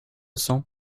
cents